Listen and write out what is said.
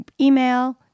email